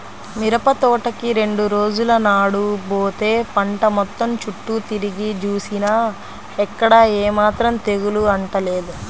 మిరపతోటకి రెండు రోజుల నాడు బోతే పంట మొత్తం చుట్టూ తిరిగి జూసినా ఎక్కడా ఏమాత్రం తెగులు అంటలేదు